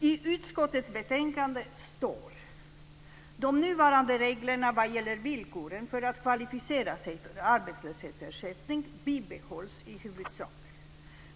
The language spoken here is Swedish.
I utskottets betänkande står det: "De nuvarande reglerna vad gäller villkoren för att kvalificera sig för arbetslöshetsersättning bibehålls i huvudsak."